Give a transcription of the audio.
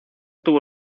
tuvo